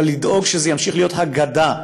אלא לדאוג שזה ימשיך להיות הגדה,